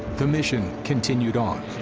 the mission continued on.